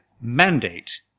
mandate